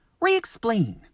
re-explain